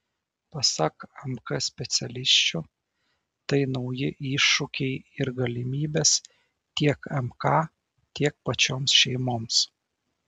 pasak mk specialisčių tai nauji iššūkiai ir galimybės tiek mk tiek pačioms šeimoms